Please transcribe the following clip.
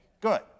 good